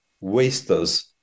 wasters